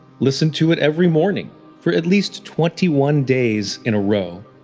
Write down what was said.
listen to it every morning for at least twenty one days in a row.